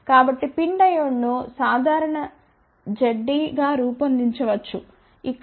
కాబట్టి PIN డయోడ్ను సాధారణ Zdగా రూపొందించవచ్చు ఇక్కడ ZdRjX